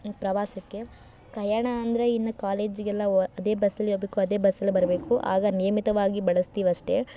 ಪ್ರವಾಸಕ್ಕೆ ಪ್ರಯಾಣ ಅಂದರೆ ಇನ್ನು ಕಾಲೇಜಿಗೆಲ್ಲ ಹೊ ಅದೇ ಬಸ್ಸಲ್ಲಿ ಹೋಗ್ಬೇಕು ಅದೇ ಬಸ್ಸಲ್ಲಿ ಬರಬೇಕು ಆಗ ನಿಯಮಿತವಾಗಿ ಬಳಸ್ತೀವಷ್ಟೆ